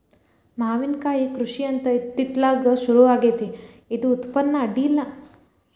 ಮಾವಿನಕಾಯಿ ಕೃಷಿ ಅಂತ ಇತ್ತಿತ್ತಲಾಗ ಸುರು ಆಗೆತ್ತಿ ಇದು ಉತ್ಪನ್ನ ಅಡಿಯಿಲ್ಲ